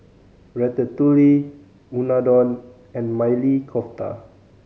Ratatouille Unadon and Maili Kofta